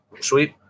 Sweet